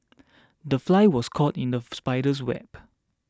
the fly was caught in the spider's web